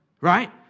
Right